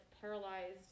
paralyzed